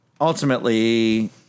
Ultimately